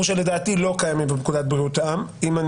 שלדעתי לא קיימים בפקודת בריאות העם.